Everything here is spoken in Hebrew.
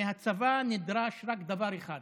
מהצבא נדרש רק דבר אחד,